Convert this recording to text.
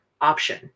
option